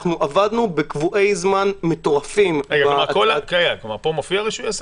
עבדנו בקבועי זמן מטורפים --- פה מופיע רישוי עסקים?